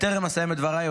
בטרם אסיים את דבריי,